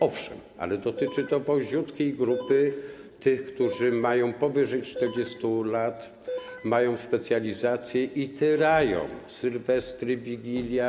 Owszem, ale dotyczy to wąziutkiej grupy tych, którzy mają powyżej 40 lat, mają specjalizację i tyrają - sylwestry, Wigilia.